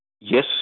yes